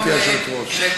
גברתי היושבת-ראש.